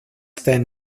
then